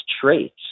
traits